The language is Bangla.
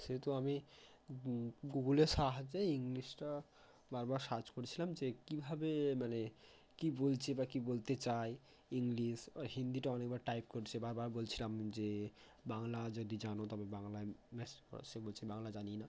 সেহেতু আমি গুগলের সাহায্যে ইংলিশটা বারবার সার্চ করছিলাম যে কীভাবে মানে কী বলছে বা কী বলতে চায় ইংলিশ আবার হিন্দিটা অনেকবার টাইপ করছে বারবার বলছিলাম যে বাংলা যদি জানো তবে বাংলায় ম্যাসেজ করো সে বলছে বাংলা জানি না